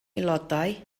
aelodau